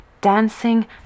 dancing